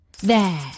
There